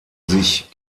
sich